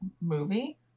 movie